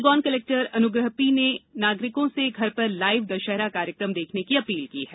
Khargone collector Anugraha P ने नागरिकों से घर पर लाईव दशहरा कार्यक्रम देखने की अपील की है